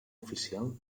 oficial